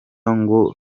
ngo